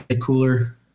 cooler